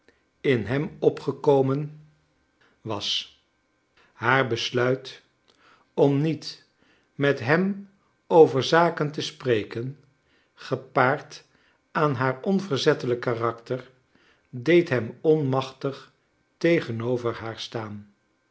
in hem opgekomen was haar besluit om niet met hem over zaken te spreken gepaard aan haar onverzettelijk karakter deed hem onmachtig tegenover haar staan